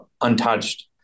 untouched